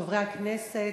חברי הכנסת,